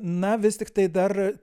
na vis tiktai dar